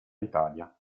italia